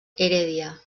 heredia